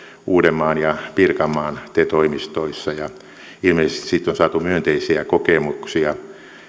uudenmaan ja pirkanmaan te toimistoissa ja ilmeisesti siitä on saatu myönteisiä kokemuksia